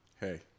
Hey